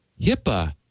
HIPAA